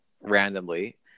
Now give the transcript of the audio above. randomly